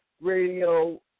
radio